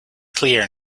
clear